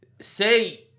say